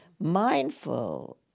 mindful